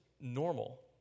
normal